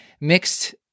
mixed